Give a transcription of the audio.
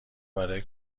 برای